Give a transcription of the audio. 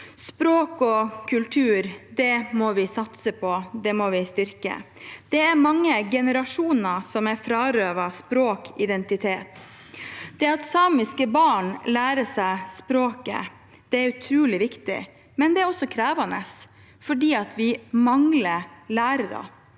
Språk og kultur må vi satse på; det må vi styrke. Det er mange generasjoner som er frarøvet språk og identitet. Det at samiske barn lærer seg språket, er utrolig viktig, men det er også krevende fordi vi mangler lærere.